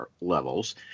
levels